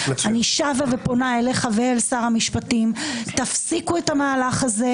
אני שבה ופונה אליך ואל שר המשפטים: תפסיקו את המהלך הזה.